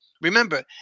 Remember